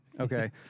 Okay